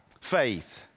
Faith